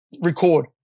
record